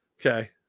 okay